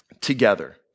together